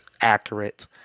accurate